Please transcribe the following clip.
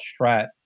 Strat